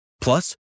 Plus